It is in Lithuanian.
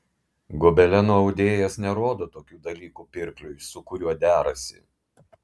gobelenų audėjas nerodo tokių dalykų pirkliui su kuriuo derasi